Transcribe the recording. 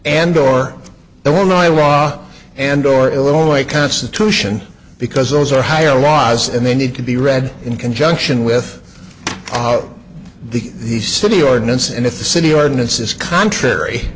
and or there were no laws and or illinois constitution because those are higher laws and they need to be read in conjunction with the the city ordinance and if the city ordinance is contrary